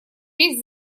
весь